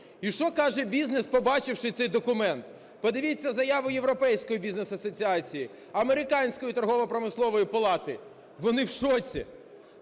І що каже бізнес, побачивши цей документ. Подивіться заяву Європейської Бізнес Асоціації, Американської торгово-промислової палати. Вони в шоці.